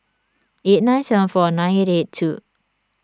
eight nine seven four nine eight eight two